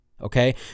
Okay